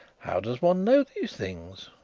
how does one know these things?